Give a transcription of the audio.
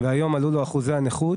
והיום עלו לו אחוזי הנכות